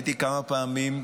הייתי כמה פעמים,